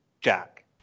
Jack